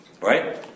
right